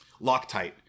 Loctite